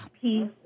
Peace